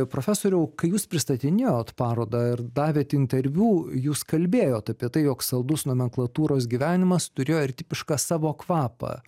profesoriau kai jūs pristatinėjot parodą ir davėt interviu jūs kalbėjot apie tai jog saldus nomenklatūros gyvenimas turėjo ir tipišką savo kvapą